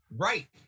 right